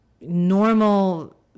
normal